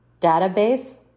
database